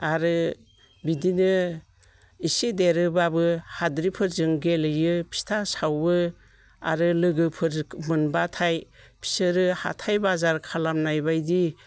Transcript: आरो बिदिनो इसे देरोब्लाबो हाद्रि फोरजों गेलेयो फिथा सावो आरो लोगोफोर मोनब्लाथाय बिसोरो हाथाय बाजार खालामनाय बायदि